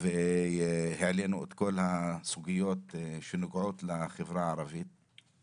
והעלינו את כל הסוגיות שנוגעות לחברה הערבית.